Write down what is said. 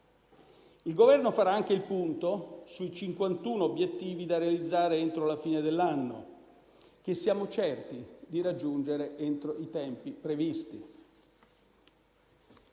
Il Governo farà anche il punto sui 51 obiettivi da realizzare entro la fine dell'anno, che siamo certi di raggiungere entro i tempi previsti.